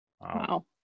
Wow